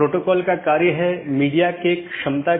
हालांकि हर संदेश को भेजने की आवश्यकता नहीं है